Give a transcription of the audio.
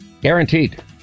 Guaranteed